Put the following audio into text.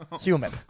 Human